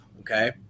Okay